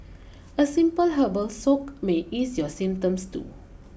a simple herbal soak may ease your symptoms too